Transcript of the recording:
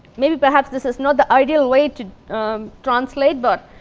maybe perhaps this is not the ideal way to translate, but